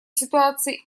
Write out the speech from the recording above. ситуации